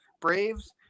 Braves